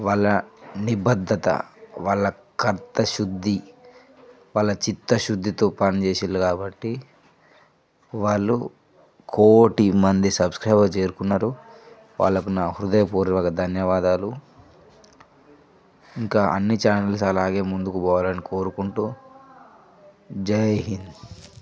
వాళ్ళ నిబద్ధత వాళ్ళ కర్త శుద్ధి వాళ్ళ చిత్తశుద్ధితో పని చేసిర్రు కాబట్టి వాళ్లు కోటి మంది సబ్స్క్రైబర్లు చేరుకున్నారు వాళ్లకు నా హృదయపూర్వక ధన్యవాదాలు ఇంకా అన్ని చానల్స్ అలాగే ముందుకు పోవాలని కోరుకుంటూ జైహింద్